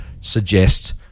suggest